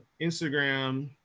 instagram